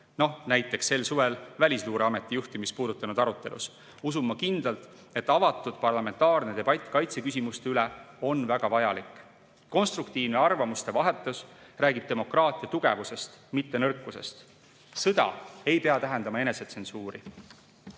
näiteks sel suvel Välisluureameti juhtimist puudutanud arutelus, usun ma kindlalt, et avatud parlamentaarne debatt kaitseküsimuste üle on väga vajalik. Konstruktiivne arvamuste vahetus räägib demokraatia tugevusest, mitte nõrkusest. Sõda ei pea tähendama enesetsensuuri.